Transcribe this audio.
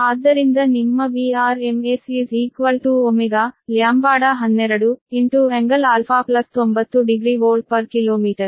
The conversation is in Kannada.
ಆದ್ದರಿಂದ ನಿಮ್ಮ Vrms ω |λ12 | ∟α90 ಡಿಗ್ರಿ ವೋಲ್ಟ್ ಪ್ರತಿ ಕಿಲೋಮೀಟರ್